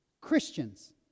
Christians